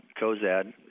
Cozad